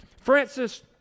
francis